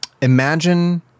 Imagine